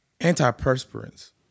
antiperspirants